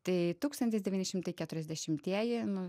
tai tūkstantis devyni šimtai keturiasdešimtieji nu